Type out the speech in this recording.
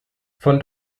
von